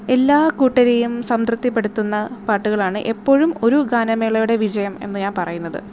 എല്ലാ കൂട്ടരെയും സംതൃപ്തിപെടുത്തുന്ന പാട്ടുകളാണ് എപ്പോഴും ഒരു ഗാനമേളയുടെ വിജയം എന്ന് ഞാന് പറയുന്നത്